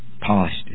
polished